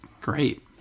Great